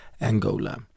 Angola